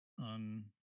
on